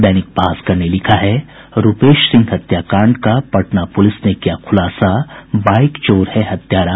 दैनिक भास्कर ने लिखा है रूपेश सिंह हत्याकांड मामले का पटना पुलिस ने किया खुलासा बाईक चोर है हत्यारा